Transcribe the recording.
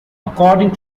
according